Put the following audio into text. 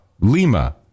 Lima